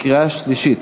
קריאה שלישית.